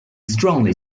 strongly